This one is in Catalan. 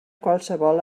qualsevol